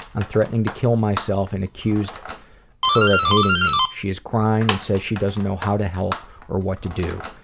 i'm threatening to kill myself and accused her of hating me. she cries and says she doesn't know how to help or what to do.